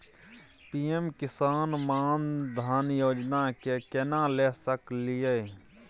PM Kisan Maan Dhan Yojana के केना ले सकलिए?